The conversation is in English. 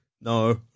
No